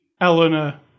eleanor